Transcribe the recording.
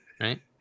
Right